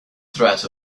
threat